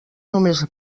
només